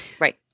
Right